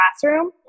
classroom